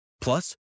Plus